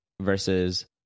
versus